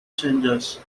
changes